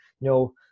no